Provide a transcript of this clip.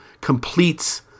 completes